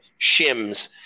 shims